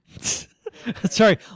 Sorry